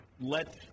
let